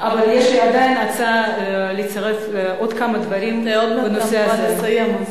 אבל יש לי עדיין הצעה לצרף עוד כמה דברים לנושא הזה.